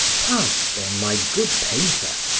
pass then, my good painter,